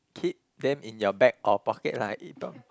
keep them in your bag or pocket lah